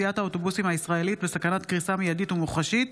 תעשיית האוטובוסים הישראלית בסכנת קריסה מיידית ומוחשית.